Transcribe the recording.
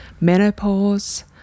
menopause